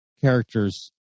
characters